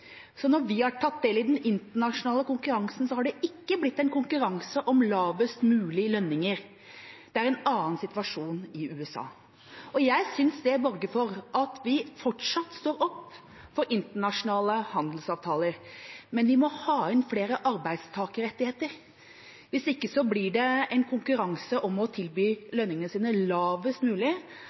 så når vi har tatt del i den internasjonale konkurransen, har det ikke blitt en konkurranse om lavest mulig lønninger. Det er en annen situasjon i USA. Jeg synes det borger for at vi fortsatt står opp for internasjonale handelsavtaler, men vi må ha inn flere arbeidstakerrettigheter, hvis ikke blir det en konkurranse om å tilby lønningene sine lavest mulig,